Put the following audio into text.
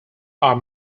are